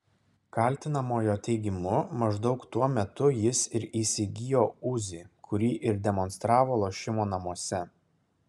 kaltinamojo teigimu maždaug tuo metu jis ir įsigijo uzi kurį ir demonstravo lošimo namuose